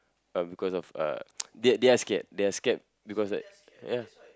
um because of uh they they are scared they are scared because right ya